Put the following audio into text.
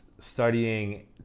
studying